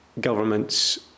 governments